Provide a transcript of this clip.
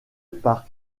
par